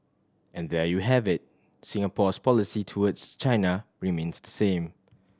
and there you have it Singapore's policy towards China remains the same